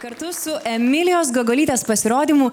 kartu su emilijos gogolytės pasirodymu